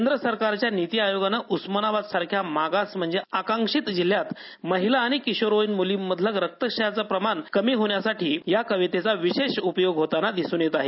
केंद्रसरकारच्या निती आयोगाने उस्मानाबाद सारख्या मागास म्हणजे आकांक्षित जिल्ह्यात महिला आणि किशोरवयीन मुलींमधील रक्तक्षयाचे प्रमाण कमी होण्यासाठी या कवितेचा विशेष उपयोग होताना दिसून येत आहे